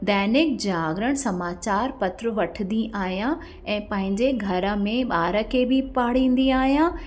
दैनिक जागरण समाचार पत्र वठंदी आहियां ऐं पंहिंजे घर में ॿार खे बि पाढ़ंदी आहियां